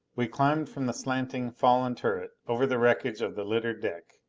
we climbed from the slanting, fallen turret, over the wreckage of the littered deck.